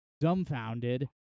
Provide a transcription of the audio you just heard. dumbfounded